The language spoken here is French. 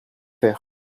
faire